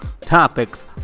topics